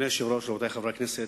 אדוני היושב-ראש, רבותי חברי הכנסת,